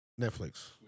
Netflix